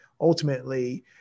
ultimately